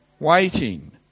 waiting